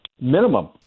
Minimum